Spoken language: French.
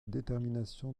détermination